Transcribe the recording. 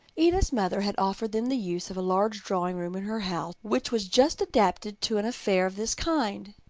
edith's mother had offered them the use of a large drawing-room in her house which was just adapted to an affair of this kind.